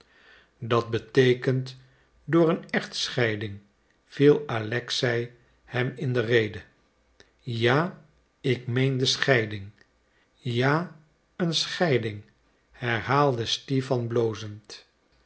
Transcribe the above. dat beteekent door een echtscheiding viel alexei hem in de rede ja ik meen de scheiding ja een scheiding herhaalde stipan